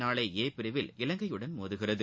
நாளை ஏ பிரிவில் இலங்கையுடன் மோதுகிறது